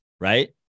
Right